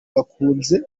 bakunze